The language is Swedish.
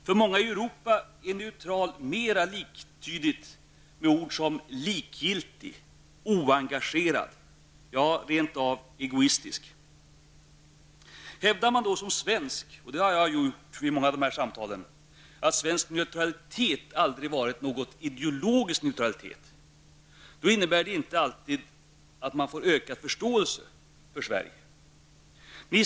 För många i Europa är ''neutral'' mera liktydigt med ord som likgiltig, oengagerad, ja rent av egoistisk. Hävdar man då som svensk -- vilket jag har gjort vid många av dessa samtal -- att svensk neutralitet aldrig har varit någon ideologisk neutralitet, innebär det inte alltid att förståelsen för Sverige ökar.